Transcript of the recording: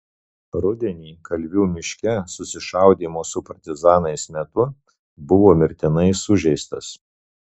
rudenį kalvių miške susišaudymo su partizanais metu buvo mirtinai sužeistas